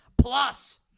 Plus